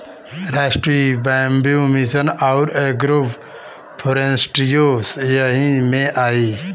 राष्ट्रीय bamboo mission आउर agro फ़ोरेस्ट्रीओ यही में आई